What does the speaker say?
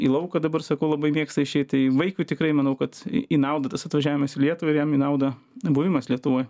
į lauką dabar sakau labai mėgsta išeit tai vaikui tikrai manau kad į naudą tas atvažiavimas į lietuvą ir jam į naudą buvimas lietuvoj